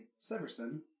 Severson